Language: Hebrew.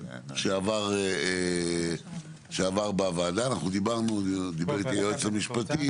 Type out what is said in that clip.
שעבר בוועדה, דיבר איתי היועץ המשפטי